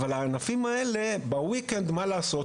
אבל עיקר העבודה בענפים אלו הוא בסופי שבוע.